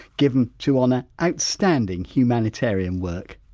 given to honour outstanding humanitarian work.